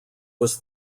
was